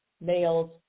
males